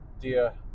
dear